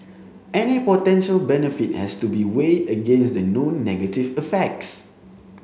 any potential benefit has to be weighed against the known negative effects